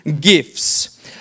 gifts